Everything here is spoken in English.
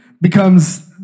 becomes